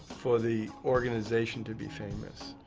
for the organization to be famous.